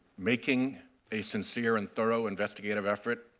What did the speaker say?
making a sincere and thorough investigative effort